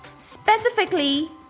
specifically